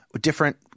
different